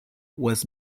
was